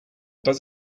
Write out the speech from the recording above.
does